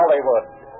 Hollywood